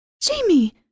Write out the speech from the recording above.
Jamie